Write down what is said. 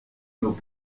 nos